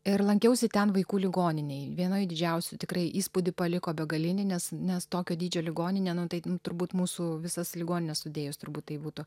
ir lankiausi ten vaikų ligoninėj vienoj didžiausių tikrai įspūdį paliko begalinį nes nes tokio dydžio ligoninė na tai turbūt mūsų visas ligonines sudėjus turbūt tai būtų